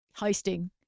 heisting